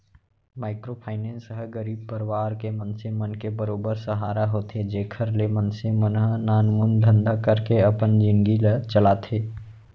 micro finance ह गरीब परवार के मनसे मन के बरोबर सहारा होथे जेखर ले मनसे मन ह नानमुन धंधा करके अपन जिनगी ल चलाथे